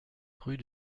rue